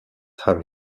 have